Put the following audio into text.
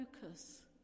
focus